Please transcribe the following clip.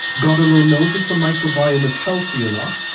god alone knows if her microbiome is healthy or not,